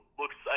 looks